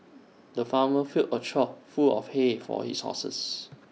the farmer filled A trough full of hay for his horses